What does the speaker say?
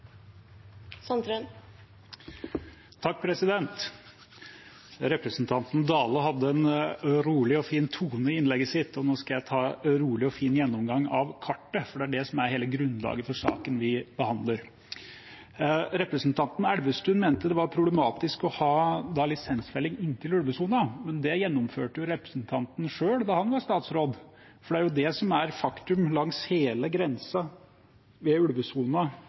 Representanten Dale hadde en rolig og fin tone i innlegget sitt, og nå skal jeg ta en rolig og fin gjennomgang av kartet, for det er det som er hele grunnlaget for saken vi behandler. Representanten Elvestuen mente det var problematisk å ha lisensfelling inntil ulvesonen, men det gjennomførte jo representanten selv da han var statsråd. Det er det som er faktum langs hele grensen ved